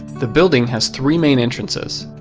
the building has three main entrances.